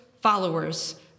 followers